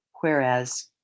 Whereas